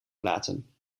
platen